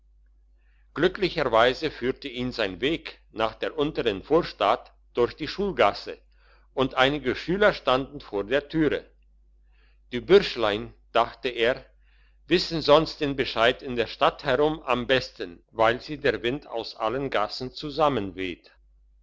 glücklicherweise führte ihn sein weg nach der untern vorstadt durch die schulgasse und einige schüler standen vor der türe die bürschlein dachte er wissen sonst den bescheid in der stadt herum am besten weil sie der wind aus allen gassen